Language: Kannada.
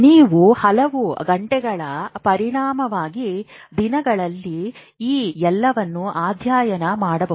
ನೀವು ಹಲವು ಗಂಟೆಗಳ ಪರಿಣಾಮವಾಗಿ ದಿನಗಳಲ್ಲಿ ಈ ಎಲ್ಲವನ್ನು ಅಧ್ಯಯನ ಮಾಡಬಹುದು